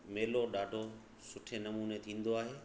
मेलो ॾाढो सुठे नमूने थींदो आहे